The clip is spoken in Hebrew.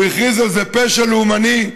והוא הכריז על זה פשע לאומני,